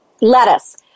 Lettuce